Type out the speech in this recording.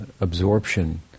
absorption